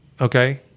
okay